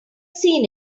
seen